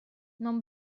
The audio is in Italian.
non